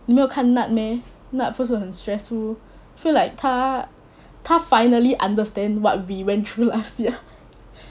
你没有看 nad meh nad 不是很 stressful feel like 她她 finally understand what we went through last year